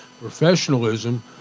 professionalism